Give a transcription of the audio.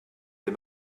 des